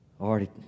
already